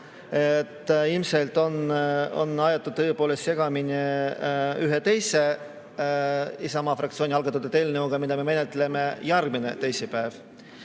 Ilmselt on aetud tõepoolest segamini ühe teise, samuti Isamaa fraktsiooni algatatud eelnõuga, mida me menetleme järgmine teisipäev.